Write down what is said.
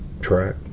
track